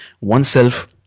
oneself